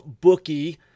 bookie